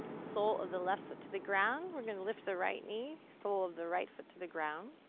sole of the left foot to the ground, we're going to lift the right knee, sole of the right foot to the ground.